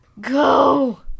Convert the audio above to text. go